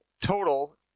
total